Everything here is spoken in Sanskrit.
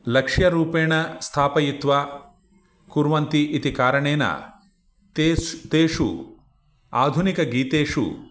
लक्ष्यरूपेण स्थापयित्वा कुर्वन्ति इति कारणेन तेस् तेषु आधुनिकगीतेषु